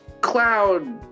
Cloud